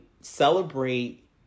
celebrate